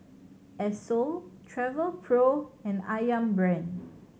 Esso Travelpro and Ayam Brand